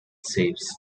saves